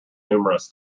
numerous